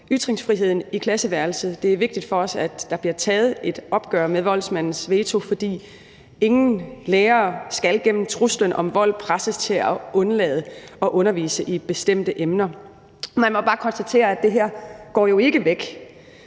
ytringsfriheden i klasseværelset. Det er vigtigt for os, at der bliver taget et opgør med voldsmandens veto, for ingen lærer skal gennem trusler om vold presses til at undlade at undervise i bestemte emner. Man må bare konstatere, at det her jo ikke går